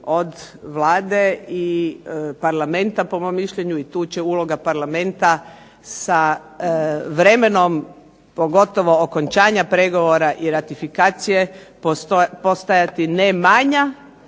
od Vlade i Parlamenta po mom mišljenju i tu će uloga Parlamenta sa vremenom pogotovo o okončanja pregovora i ratifikacije postojati ne manja,